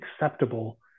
acceptable